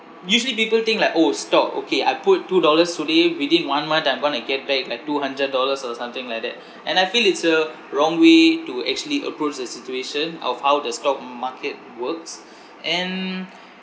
usually people think like orh stock okay I put two dollars today within one month I'm going to get back like two hundred dollars or something like that and I feel it's a wrong way to actually approach the situation of how the stock market works and